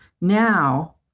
now